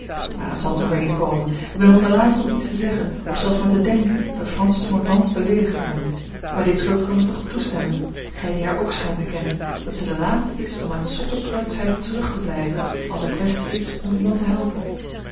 maar het zal zoover niet komen ik ben wel de laatste om iets te zeggen of zelfs maar te denken dat francis mordaunt beleedigen kan maar dit zult gij mij toch toestemmen gij die haar ook schijnt te kennen dat zij de laatste is om uit zotte preutschheid terug te blijven als er kwestie is om iemand te helpen